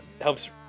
helps